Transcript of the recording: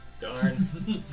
darn